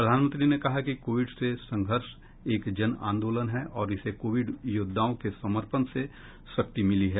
प्रधानमंत्री ने कहा कि कोविडसे संघर्ष एक जन आंदोलन है और इसे कोविड योद्वाओं के समर्पण से शक्ति मिली है